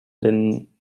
lynn